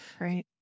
Right